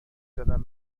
زدم